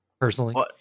personally